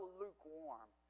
lukewarm